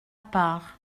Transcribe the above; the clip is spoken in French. part